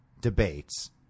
debates